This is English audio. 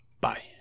Bye